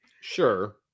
sure